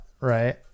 right